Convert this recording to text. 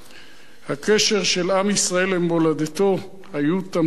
הקשר של עם ישראל למולדתו היה תמצית ובסיס